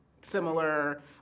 similar